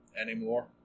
anymore